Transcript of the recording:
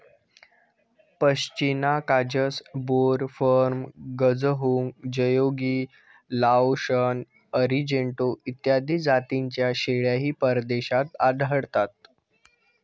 पश्मिना काजस, बोर, फर्म, गझहोंग, जयोगी, लाओशन, अरिजेंटो इत्यादी जातींच्या शेळ्याही परदेशात आढळतात